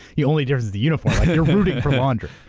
the only difference is the uniform. you're rooting for laundry.